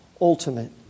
ultimate